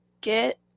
get